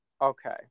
Okay